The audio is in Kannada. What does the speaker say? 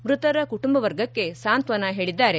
ಮೃತರ ಕುಟುಂಬವರ್ಗಕ್ಕೆ ಸಾಂತ್ವನ ಹೇಳಿದ್ದಾರೆ